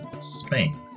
Spain